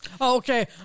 Okay